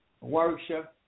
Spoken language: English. Warwickshire